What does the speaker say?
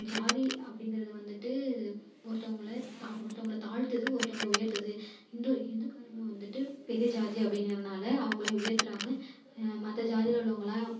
ஜாதி அப்படிங்கிறது வந்துட்டு ஒருத்தவங்களை தா ஒருத்தவங்களை தாழ்த்துறது ஒருத்தவங்கள உயர்த்துறது ஹிந்து ஹிந்துக்காரங்கள் வந்துட்டு பெரிய ஜாதி அப்படிங்கிறனால அவங்கள உயர்த்துகிறாங்க மற்ற ஜாதியில் உள்ளவங்களெலாம்